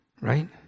Right